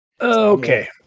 okay